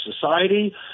society